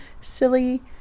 silly